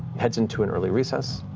heads into an early recess,